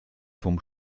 von